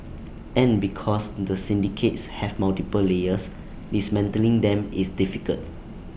and because the syndicates have multiple layers dismantling them is difficult